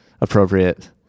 appropriate